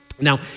Now